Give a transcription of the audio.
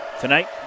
tonight